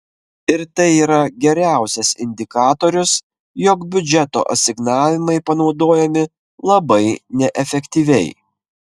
ir tai yra geriausias indikatorius jog biudžeto asignavimai panaudojami labai neefektyviai